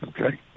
okay